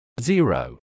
Zero